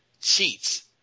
cheats